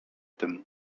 tym